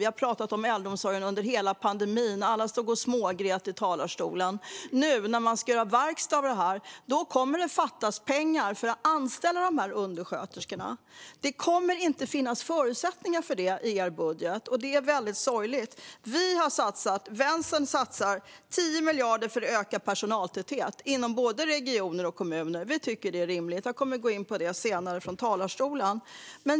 Vi har talat om äldreomsorgen under hela pandemin. Alla stod och smågrät i talarstolen. Nu när man ska göra verkstad av det kommer det att fattas pengar för att anställa dessa undersköterskor. Det kommer inte att finnas förutsättningar för det i er budget. Det är väldigt sorgligt. Vänstern satsar 10 miljarder för att öka personaltäthet inom både regioner och kommuner. Vi tycker att det är rimligt. Jag kommer att gå in på det senare från talarstolen.